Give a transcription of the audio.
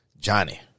Johnny